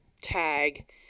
tag